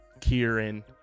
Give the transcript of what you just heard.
Kieran